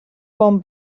bon